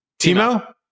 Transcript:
Timo